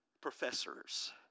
professors